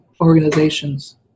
organizations